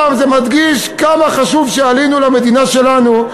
זה מדגיש כמה חשוב שעלינו למדינה שלנו,